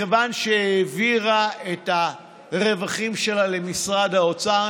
מכיוון שהעבירה את הרווחים שלה למשרד האוצר,